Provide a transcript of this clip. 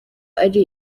ari